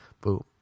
Boom